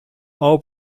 all